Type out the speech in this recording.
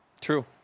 True